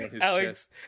Alex